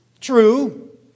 True